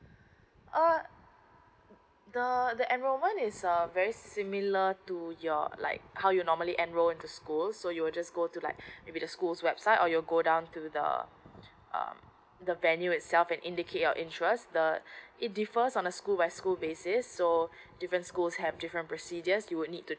uh the enrollment is err very similar to your like how you normally enroll into school so you just go to like maybe the schools website or you go down to the uh uh the venue itself it indicate your interest the it differs on a school by school base is so different schools have different procedures you would need to